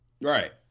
Right